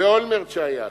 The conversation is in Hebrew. ואולמרט שהיה עשה,